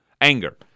anger